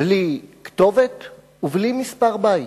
בלי כתובת ובלי מספר בית.